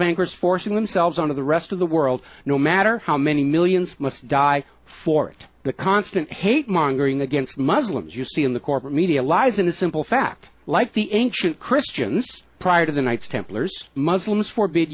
bankers forcing themselves on the rest of the world no matter how many millions must die for it the constant hate mongering against muslims you see in the corporate media lies the simple fact like the ancient christians prior to the knights templars muslims for